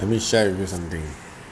let me share with you something